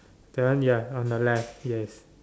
that one ya on the left yes